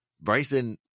bryson